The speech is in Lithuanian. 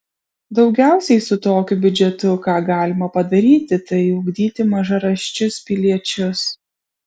daugiausiai su tokiu biudžetu ką galima padaryti tai ugdyti mažaraščius piliečius